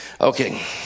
Okay